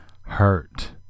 Hurt